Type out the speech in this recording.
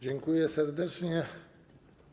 Dziękuję serdecznie.